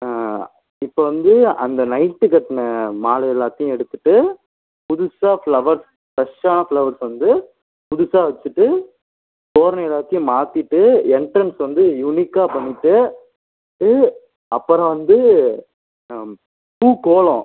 இப்போ வந்து அந்த நைட்டு கட்டின மாலை எல்லாத்தையும் எடுத்துகிட்டு புதுசாக ஃப்ளவர்ஸ் ஃப்ரெஷ்ஷான ஃப்ளவர்ஸ் வந்து புதுசாக வச்சிகிட்டு தோரணை எல்லாத்தையும் மாற்றிட்டு எண்ட்ரன்ஸ் வந்து யூனிக்காக பண்ணிவிட்டு அப்புறம் வந்து பூ கோலம்